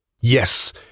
Yes